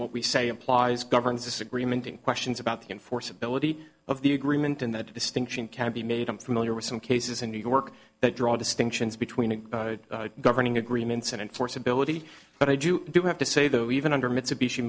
what we say implies governs disagreement and questions about the enforceability of the agreement and that distinction can be made i'm familiar with some cases in new york that draw distinctions between governing agreements and enforceability but i do do have to say though even under mitsubishi